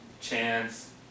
Chance